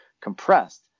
compressed